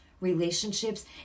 relationships